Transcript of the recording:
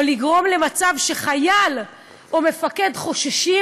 או לגרום למצב שחייל או מפקד חוששים,